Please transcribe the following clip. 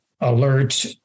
alert